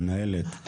מנהלת.